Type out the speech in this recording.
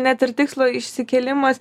net ir tikslo išsikėlimas